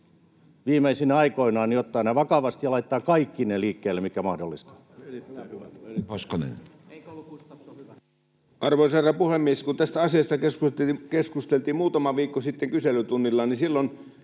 Arvoisa herra puhemies! Kun tästä asiasta keskusteltiin muutama viikko sitten kyselytunnilla, niin silloin